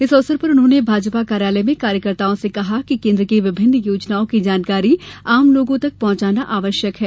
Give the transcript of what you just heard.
इस अवसर पर उन्होंने भाजपा कार्यालय में कार्यकर्ताओं से कहा कि केन्द्र की विभिन्न योजनाओं की जानकारी आम लोगों तक पहुंचाना आवश्यक है